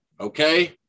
Okay